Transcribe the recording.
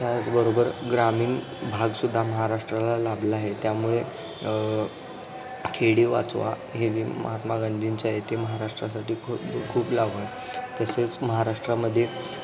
त्याचबरोबर ग्रामीण भागसुद्धा महाराष्ट्राला लाभला आहे त्यामुळे खेडे वाचवा हे जे महात्मा गांधींचे आहे ते महाराष्ट्रासाठी खूप खूप लागू आहे तसेच महाराष्ट्रामध्ये